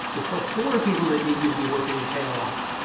it's the poor people that need you to be working your tail off.